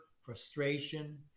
frustration